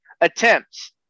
Attempts